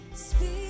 speak